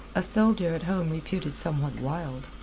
a soldier at home reputed somewhat wild.